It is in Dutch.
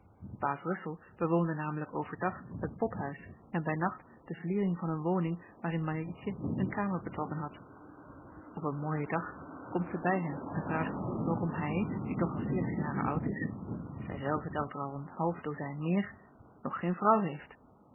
baas ruffel bewoonde namelijk over dag het pothuis en bij nacht de vliering van een woning waarin mietje een kamer betrokken had op een mooien dag komt zij bij hem en vraagt waarom hij die toch al veertig jaren oud is zij zelve telt er al een half dozijn meer nog geen vrouw heeft